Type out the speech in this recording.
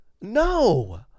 No